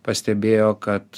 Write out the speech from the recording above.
pastebėjo kad